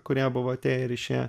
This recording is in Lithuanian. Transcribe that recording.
kurie buvo atėję ir išėję